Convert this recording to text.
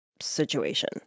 situation